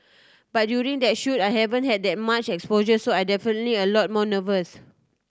but during that shoot I haven't had that much exposure so I definitely a lot more nervous